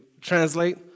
translate